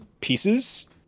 pieces